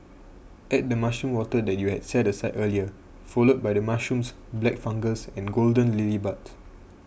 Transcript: add the mushroom water that you had set aside earlier followed by the mushrooms black fungus and golden lily buds